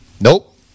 nope